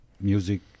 music